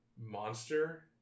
monster